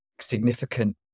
significant